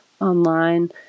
online